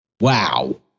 wow